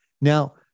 Now